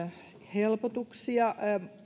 helpotuksia